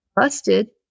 Busted